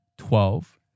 Twelve